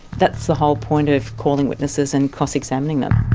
that's the whole point of calling witnesses and cross examining them.